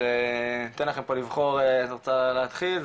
אז אני אתן לכם לבחור, את רוצה להתחיל?